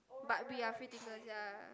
but we are free thinkers ya